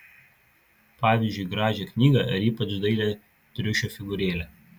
pavyzdžiui gražią knygą ar ypač dailią triušio figūrėlę